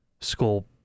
School